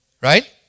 right